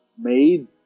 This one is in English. made